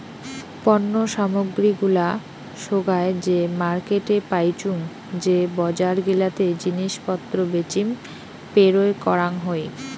পণ্য সামগ্রী গুলা সোগায় যে মার্কেটে পাইচুঙ যে বজার গিলাতে জিনিস পত্র বেচিম পেরোয় করাং হই